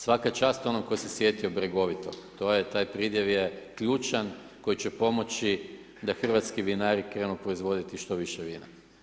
Svaka čast onom tko se sjetio bregovitog, to je, taj pridjev je ključan koji će pomoći da hrvatski vinari krenu proizvoditi što više vina.